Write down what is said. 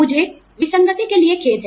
मुझे विसंगति के लिए खेद है